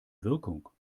wirkung